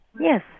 Yes